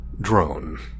Drone